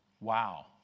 Wow